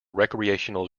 recreational